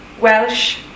Welsh